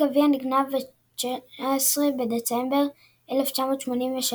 הגביע נגנב ב-19 בדצמבר 1983,